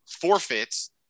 forfeits